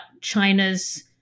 China's